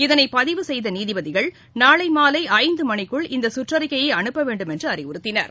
இதனை பதிவு செய்த நீதிபதிகள் நாளை மாலை ஐந்து மணிக்குள் இந்த கற்றறிக்கையை அனுப்பவேண்டும் என்று அறிவுறுத்தினார்